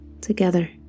together